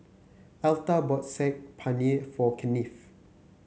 Elta bought Saag Paneer for Kennith